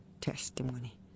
testimony